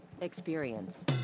Experience